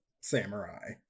samurai